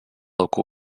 local